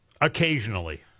Occasionally